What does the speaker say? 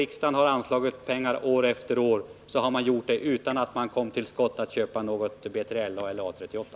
Riksdagen har ju anslagit pengar för sådant år efter år utan att man för den skull kommit till skott och köpt något B3LA eller A 38.